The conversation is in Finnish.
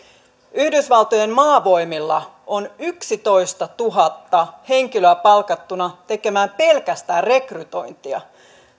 yhdysvaltojen maavoimilla on yksitoistatuhatta henkilöä palkattuna tekemään pelkästään rekrytointia